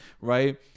right